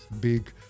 big